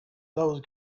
those